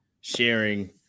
sharing